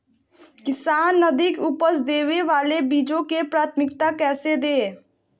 किसान अधिक उपज देवे वाले बीजों के प्राथमिकता कैसे दे?